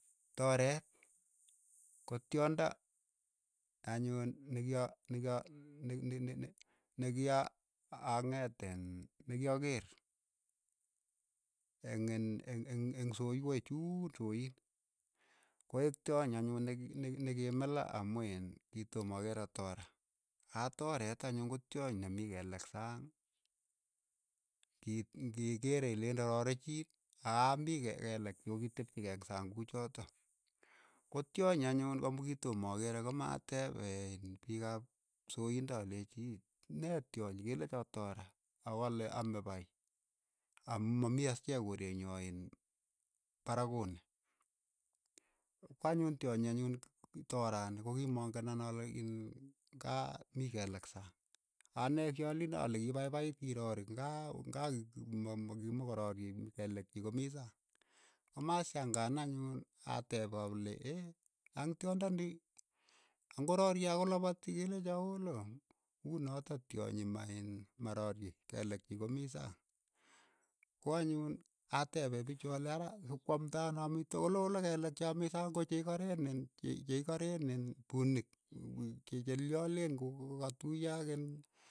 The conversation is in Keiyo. Toreet ko tyondo anyun ne kia ne kia ne- ne ne- ne kia ang'eet iin ne kiakeer eng' iin eng'- eng'-eng' soywech chuun, soiik, ko eek tyony anyun ne- ki- ne ki mila amu iin kitomakeere toraa, ka toreet anyun ko tyony ne mii kelek sang, ng'iit, ng'irei ilen rorechiin kaa mii kel- keelek che uki tepchi kei eng' saang kuchotok, ko tyonyi anyun amu kitoma akeere kimootep eng' piik ap soiindok alechi, nee tyonyi kelechoo toraa. ako kale aame pai, amu ma mii as chii akoi koree nyo iin parakut nii, ko anyun tyonyi, toraani ko kimang'en ane ale iin ka mii keleek saang. ane kyoleen ale kipaipait kirorii ng'a u ng'a kimokorarie, keleek chii ko mii sang, ko maa syang'aan anyun atep aule ang' tyondo ni, ang'korarie ako lapati kelecho ol unotok tyonyi ma iin marorie, keleek chii ko mii sang, ko anyun atepe pichu ale ara kipkoamnda ano amitwogik kole olo kelek cha mii sang ko che ikareen iin ko che i sareen iin puunik iin chelolyen ku- ku katuyo ak in.